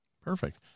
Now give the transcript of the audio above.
Perfect